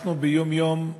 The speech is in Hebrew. אנחנו, ביום-יום,